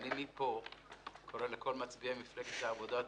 מפה אני קורא לכל מצביעי מפלגת העבודה: